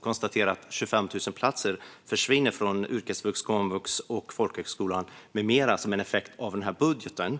konstatera att 25 000 platser försvinner från yrkesvux, komvux och folkhögskola med mera som en effekt av den här budgeten.